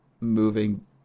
moving